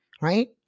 Right